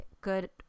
good